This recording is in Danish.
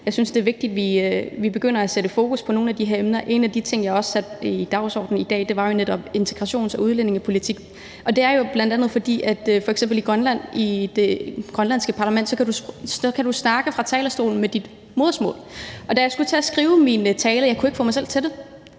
Jeg synes, det er vigtigt, at vi begynder at sætte fokus på nogle af de her emner. En af de ting, jeg også satte på dagsordenen i dag, var netop integrations- og udlændingepolitik, og det er jo bl.a., fordi du i det grønlandske parlament kan snakke fra talerstolen på dit modersmål, og da jeg skulle til at skrive min tale, kunne jeg ikke få mig selv til det,